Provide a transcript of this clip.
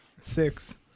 Six